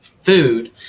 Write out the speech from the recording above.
food